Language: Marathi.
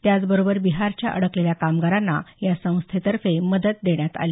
त्याचबरोबर बिहारच्या अडकलेल्या कामगारांना या संस्थेतर्फे मदत देण्यात आली